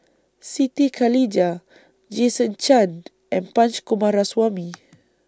Siti Khalijah Jason Chan and Punch Coomaraswamy